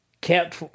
kept